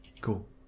Cool